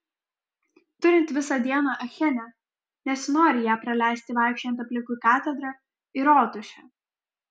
turint visą dieną achene nesinori ją praleisti vaikščiojant aplinkui katedrą ir rotušę